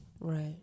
Right